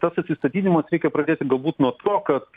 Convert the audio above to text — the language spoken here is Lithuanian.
tas atsistatydinimas reikia pradėti galbūt nuo to kad